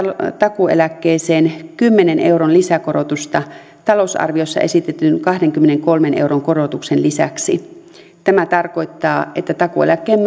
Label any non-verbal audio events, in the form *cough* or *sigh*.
takuueläkkeeseen kymmenen euron lisäkorotusta talousarviossa esitetyn kahdenkymmenenkolmen euron korotuksen lisäksi tämä tarkoittaa että takuueläkkeen *unintelligible*